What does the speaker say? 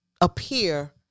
appear